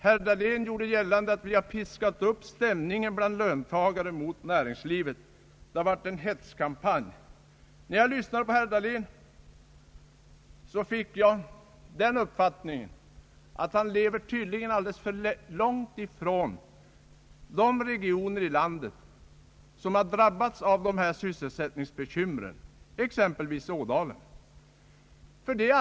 Herr Dahlén gjorde gällande att vi har piskat upp stämningen bland löntagare mot näringslivet, att det har varit en hetskampanj. När jag lyssnade till herr Dahlén fick jag uppfattningen att han tydligen lever alldeles för långt från de regioner som har drabbats av dessa sysselsättningsbekymmer, exempelvis Ådalen.